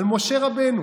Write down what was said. על משה רבנו.